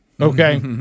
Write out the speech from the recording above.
Okay